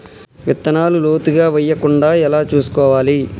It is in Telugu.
విత్తనాలు లోతుగా వెయ్యకుండా ఎలా చూసుకోవాలి?